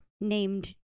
named